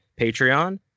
Patreon